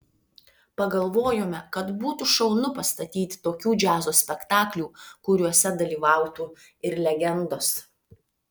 pagalvojome kad būtų šaunu pastatyti tokių džiazo spektaklių kuriuose dalyvautų ir legendos